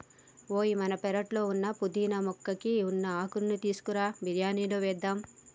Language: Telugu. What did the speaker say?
ఓయ్ మన పెరట్లో ఉన్న పుదీనా మొక్కకి ఉన్న ఆకులు తీసుకురా బిరియానిలో వేద్దాం